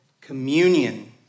communion